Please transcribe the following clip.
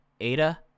Ada